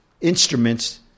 instruments